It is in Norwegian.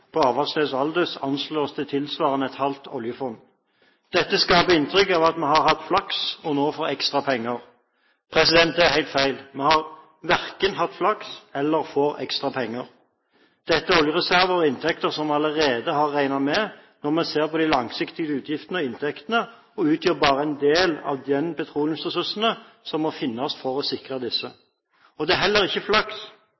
oljefunn på Avaldsnes/Aldous anslås til tilsvarende et halvt oljefond. Dette skaper inntrykk av at vi har hatt flaks og nå får ekstra penger. Det er helt feil. Vi har verken hatt flaks eller får ekstra penger. Dette er oljereserver og inntekter som vi allerede har regnet med når vi ser på de langsiktige utgiftene og inntektene, og de utgjør bare en del av de petroleumsressursene som må finnes for å sikre